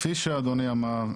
כפי שאדוני אמר,